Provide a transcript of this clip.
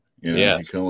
yes